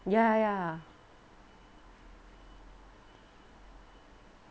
ya ya